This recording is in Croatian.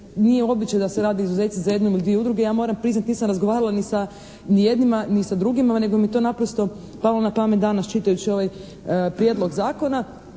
nije običaj da se rade izuzeci za jednu ili dvije udruge. Ja moram priznati, nisam razgovarala ni sa jednima ni sa drugima nego mi je to naprosto palo na pamet danas čitajući ovaj prijedlog zakona.